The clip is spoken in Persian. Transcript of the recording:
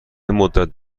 مدت